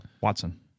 Watson